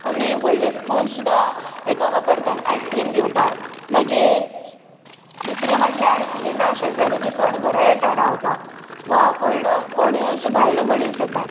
आमी व्हडले स्पून सुद्दां हेका वापरता आयस्क्रिम घेवपाक मागीर दुसरे म्हटल्यार जेन्ना शेजारी बी कोण घरा येता रावपाक वा कोण कोणुय असो भायलो मनीस येता